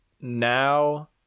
now